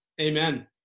Amen